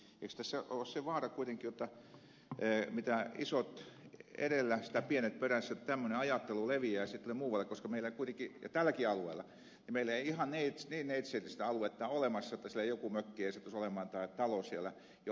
eikös tässä ole se vaara kuitenkin jotta mitä isot edellä sitä pienet perässä että tämmöinen ajattelu leviää sitten muualle koska meillä tälläkään alueella ei kuitenkaan ihan niin neitseellistä aluetta ole olemassa että siellä joku mökki tai talo ei sattuisi olemaan siellä vyöhykkeen ulkopuolella